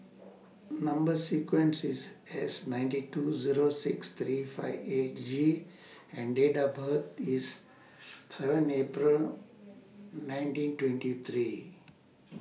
Number sequence IS S ninety two six three five eight G and Date of birth IS seven April nineteen twenty three